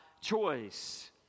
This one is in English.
choice